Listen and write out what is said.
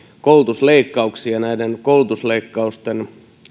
koulutusleikkauksiin ja näiden koulutusleikkausten